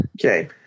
Okay